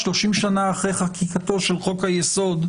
שלושים שנה אחרי חקיקתו של חוק היסוד,